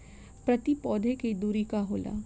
प्रति पौधे के दूरी का होला?